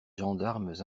gendarmes